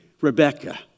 Rebecca